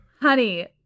honey